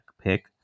pick